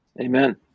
Amen